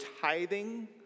tithing